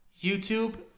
YouTube